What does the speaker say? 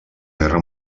guerra